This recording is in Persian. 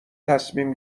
تصمیم